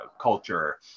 culture